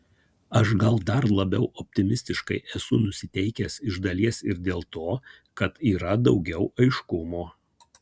aš gal dar labiau optimistiškai esu nusiteikęs iš dalies ir dėl to kad yra daugiau aiškumo